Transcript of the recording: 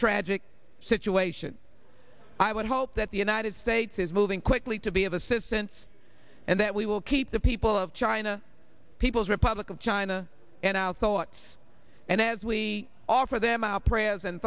tragic situation i would hope that the united states is moving quickly to be of assistance and that we will keep the people of china people's republic of china and our thoughts and as we offer them our prayers and